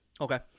Okay